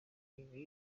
ibi